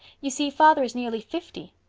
you see, father is nearly fifty.